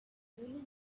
many